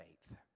faith